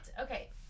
Okay